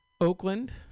Oakland